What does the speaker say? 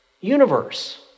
universe